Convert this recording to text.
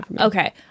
Okay